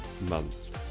months